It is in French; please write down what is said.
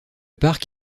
parc